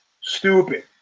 stupid